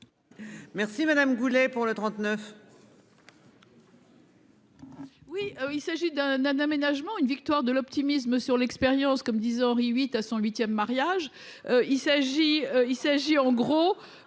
Merci Madame Goulet pour le 39.